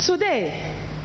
Today